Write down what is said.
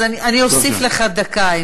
אז אני אוסיף לך דקה,